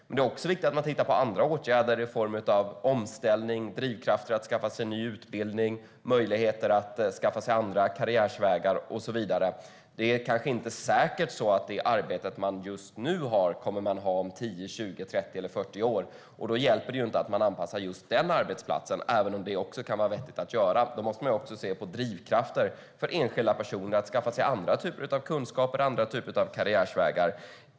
Men det är också viktigt att titta på andra åtgärder i form av omställning, drivkrafter för att skaffa en ny utbildning, möjligheter till andra karriärvägar och så vidare. Det är inte säkert att man om 10, 20, 30 eller 40 år kommer att ha det arbete man har just nu. Då hjälper det inte att anpassa just den arbetsplatsen, även om det kan vara vettigt att göra. Det är också viktigt att se på drivkrafter för enskilda personer att skaffa andra kunskaper och andra karriärvägar.